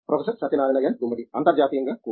professor Satyanarayana N Gummadi అంతర్జాతీయంగా కూడా